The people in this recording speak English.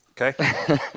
okay